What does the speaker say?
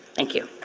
thank you.